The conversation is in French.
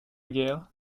guerre